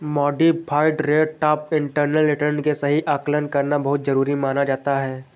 modified rate of internal return के सही आकलन करना बहुत जरुरी माना जाता है